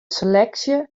seleksje